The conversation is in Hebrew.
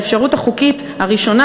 את האפשרות החוקית הראשונה,